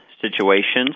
situations